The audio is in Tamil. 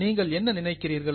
நீங்கள் என்ன நினைக்கிறீர்கள்